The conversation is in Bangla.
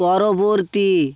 পরবর্তী